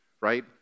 right